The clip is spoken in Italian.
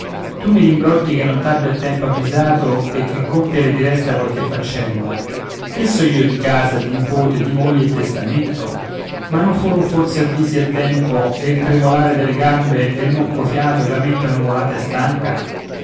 tu mi rimbrotti che non t'abbia a tempo avvisato e che compiere ti resta qualche faccenda che so io di casa di nipote di moglie e testamento ma non furono forse avvisi a tempo e il tremolare delle gambe e il monco fiato e la mente annuvolata e stanca